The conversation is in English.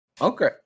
Okay